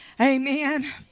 Amen